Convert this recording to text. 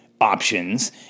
options